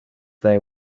they